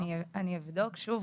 אני אבדוק שוב.